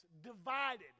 divided